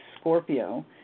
Scorpio